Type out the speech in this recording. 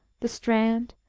the strand,